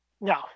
No